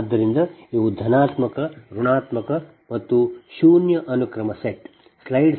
ಆದ್ದರಿಂದ ಇವು ಧನಾತ್ಮಕ ಋಣಾತ್ಮಕ ಮತ್ತು ಶೂನ್ಯ ಅನುಕ್ರಮ ಸೆಟ್